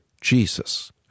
Jesus